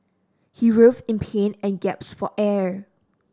he writhed in pain and gasped for air